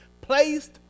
placed